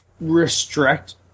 restrict